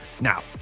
Now